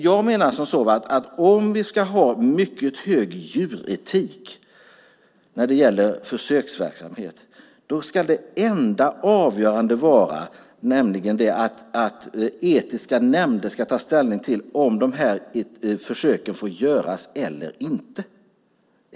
Jag menar att om vi ska ha mycket hög djuretik när det gäller försöksverksamhet ska etiska nämnder ta ställning till om försöken får göras eller inte.